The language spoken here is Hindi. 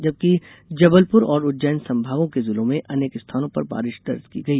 जबकि जबलपुर और उज्जैन संभागों के जिलों में अनेक स्थानों पर बारिश दर्ज की गई